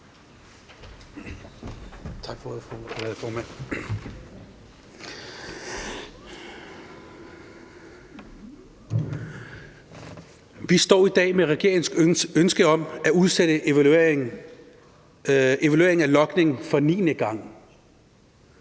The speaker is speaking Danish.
Vi står i dag med regeringens ønske om at udsætte evalueringen af logningen for niende gang.